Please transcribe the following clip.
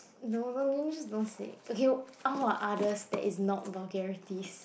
no longer miss buffet okay our other state is not vulgarities